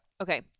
Okay